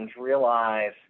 realize